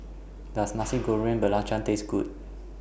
Does Nasi Goreng Belacan Taste Good